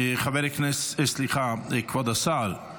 כבוד השר,